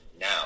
Now